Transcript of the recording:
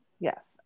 Yes